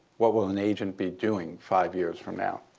what will an agent be doing five years from now?